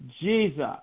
Jesus